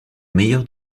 meilleur